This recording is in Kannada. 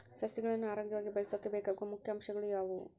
ಸಸಿಗಳನ್ನು ಆರೋಗ್ಯವಾಗಿ ಬೆಳಸೊಕೆ ಬೇಕಾಗುವ ಮುಖ್ಯ ಅಂಶಗಳು ಯಾವವು?